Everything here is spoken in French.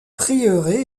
prieuré